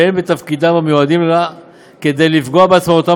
ואין בתפקידים המיועדים לה כדי לפגוע בעצמאותן